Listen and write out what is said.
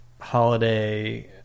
holiday